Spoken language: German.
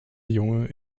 junge